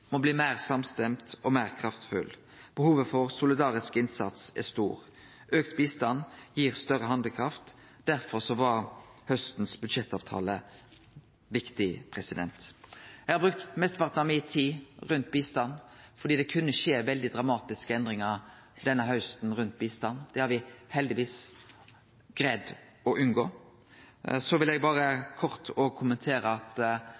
må bli meir samstemt og meir kraftfull. Behovet for solidarisk innsats er stort. Auka bistand gir større handlekraft. Derfor var haustens budsjettavtale viktig. Eg har brukt mesteparten av tida mi på bistand fordi det kunne skjedd veldig dramatiske endringar denne hausten, når det gjeld bistand. Det har me heldigvis greidd å unngå. Så vil eg berre kort kommentere at